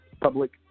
public